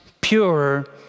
purer